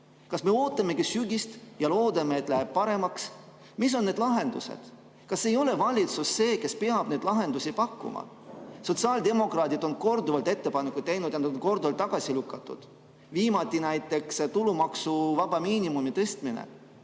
Kas me ootamegi sügist ja loodame, et läheb paremaks? Mis on need lahendused? Kas ei ole valitsus see, kes peab neid lahendusi pakkuma? Sotsiaaldemokraadid on korduvalt ettepanekuid teinud ja need on korduvalt tagasi lükatud, viimati näiteks tulumaksuvaba miinimumi tõstmine